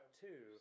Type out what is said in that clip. two